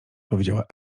powiedziała